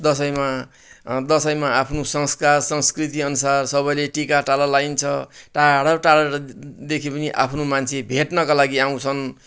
दसैँमा दसैँमा आफ्नो संस्कार संस्कृतिअनसार सबैले टिका टालो लागाइन्छ टाढो टाढोदेखि पनि आफ्नो मान्छे भेट्नका लागि आउँछन्